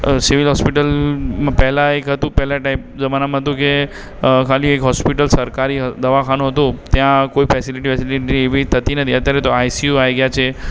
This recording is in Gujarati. સિવિલ હૉસ્પિટલમાં પહેલાં એક હતું પહેલા ટાઇપ જમાનમાં હતું કે અ ખાલી એક હૉસ્પિટલ સરકારી દવાખાનું હતું ત્યાં કોઈ ફેસિલિટી બેસિલિટી એવી થતી નથી અત્યારે તો આઇ સી યુ આવી ગયાં છે